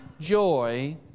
joy